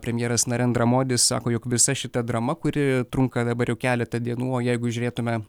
premjeras narendra modis sako jog visa šita drama kuri trunka dabar jau keletą dienų o jeigu žiūrėtume